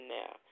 now